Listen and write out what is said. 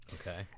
Okay